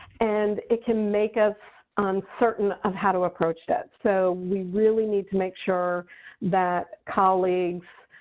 and it can make us uncertain of how to approach that. so we really need to make sure that colleagues,